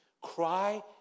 cry